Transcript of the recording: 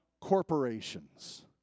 corporations